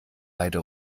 beide